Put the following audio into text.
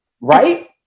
right